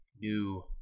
new